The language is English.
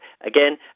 again